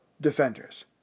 defenders